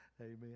Amen